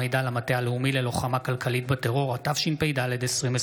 9 סימון מושיאשוילי (ש"ס): 9